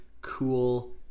cool